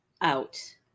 out